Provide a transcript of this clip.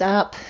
up